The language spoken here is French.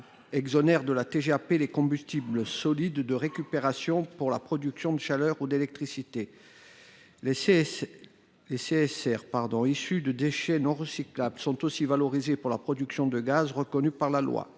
exonère de la TGAP les combustibles solides de récupération (CSR) pour la production de chaleur ou d’électricité. Les CSR, issus de déchets non recyclables, sont aussi valorisés pour la production de gaz ; cette approche